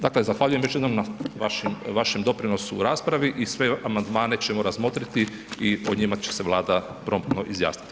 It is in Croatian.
Dakle, zahvaljujem još jednom na vašem doprinosu u raspravi i sve amandmane ćemo razmotriti i o njima će se Vlada promptno izjasniti.